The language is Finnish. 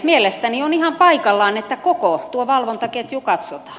mielestäni on ihan paikallaan että koko tuo valvontaketju katsotaan